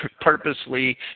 purposely